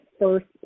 first